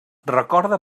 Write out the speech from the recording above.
recorda